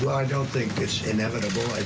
i don't think it's inevitable.